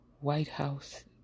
whitehouse